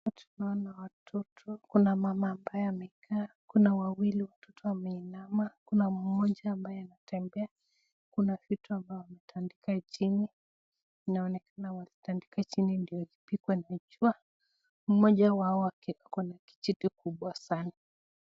Hapa tunaona watoto kuna mama mabaye amekaa, kuna wawili watoto wameinama na mmoja ambaye anatembea, kuna vitu ambavyo wanatandika chini, inaonekana wanatandika chini ndio ipigwe na jua, mmoja wao ako na kijiti kubwa sana.